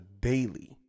daily